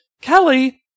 Kelly